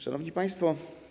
Szanowni Państwo!